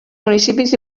municipis